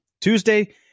Tuesday